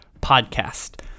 podcast